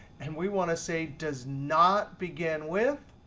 and we want to say does not begin with.